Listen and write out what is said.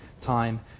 time